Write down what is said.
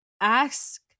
ask